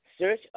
Search